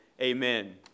amen